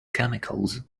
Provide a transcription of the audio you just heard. chemicals